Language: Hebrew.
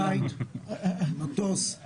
בית, מטוס.